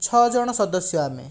ଛଅ ଜଣ ସଦସ୍ୟ ଆମେ